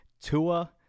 Tua